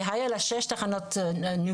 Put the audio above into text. כי היו לה שש תחנות גרעין,